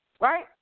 right